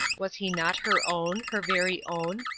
was he not her own, her very own,